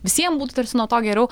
visiem būtų tarsi nuo to geriau